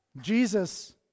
Jesus